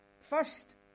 First